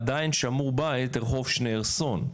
עדיין שמור בית, רחוב שנרסון.